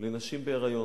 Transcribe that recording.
לנשים בהיריון,